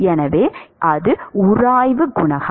எனவே அது உராய்வு குணகம்